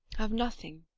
of nothing